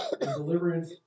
Deliverance